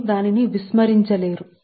మీరు దినాని విస్మరించలేరు